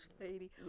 lady